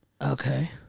Okay